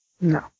No